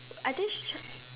I think she charge